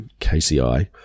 KCI